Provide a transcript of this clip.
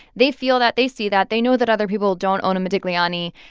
they feel that. they see that. they know that other people don't own a modigliani.